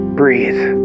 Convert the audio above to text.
breathe